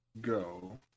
go